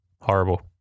horrible